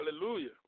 Hallelujah